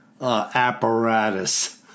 apparatus